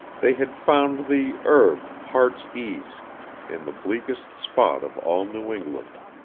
they had found the herb, heart's-ease in the bleakest spot of all new england.